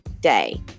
day